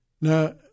Now